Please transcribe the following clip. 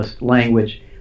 language